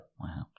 Wow